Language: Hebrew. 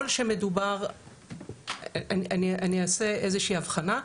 אני אעשה איזושהי הבחנה.